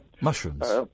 Mushrooms